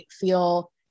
feel